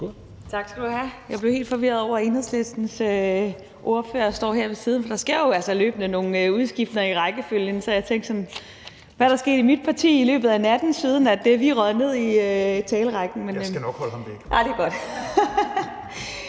Tak. Jeg blev helt forvirret over, at Enhedslistens ordfører stod her ved siden af, for der sker jo altså løbende nogle udskiftninger i rækkefølgen. Så jeg tænkte: Hvad er der sket i mit parti i løbet af natten, siden vi er røget ned i talerækken? (Fjerde næstformand (Rasmus Helveg